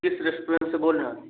किस रेस्टोरेंट से बोल रहें